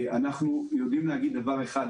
אנחנו יודעים להגיד דבר אחד.